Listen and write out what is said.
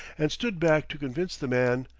and stood back to convince the man.